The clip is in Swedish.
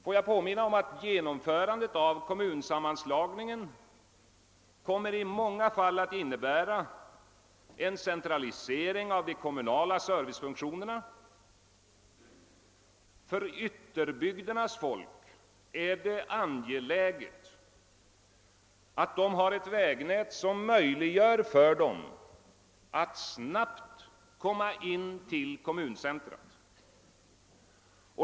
Jag vill påminna om att genomförandet av kommunsammanslagningen i många fall kommer att innebära en centralisering av de kommunala servicefunktionerna. För ytterbygdernas folk är det angeläget att ha ett vägnät som möjliggör för dem att snabbt komma in till kommuncentrum.